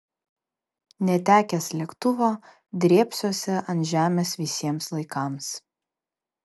netekęs lėktuvo drėbsiuosi ant žemės visiems laikams